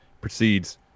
proceeds